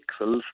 pixels